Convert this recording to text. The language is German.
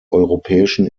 europäischen